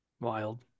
wild